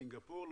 סינגפור,